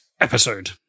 episode